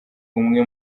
umwe